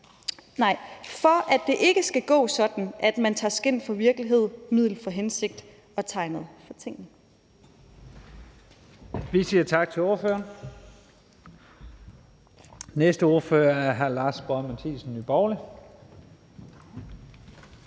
læse, for at det ikke skal gå sådan, at man tager skin for virkelighed, middel for hensigt, og tegnet for tingen.